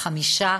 חמישה?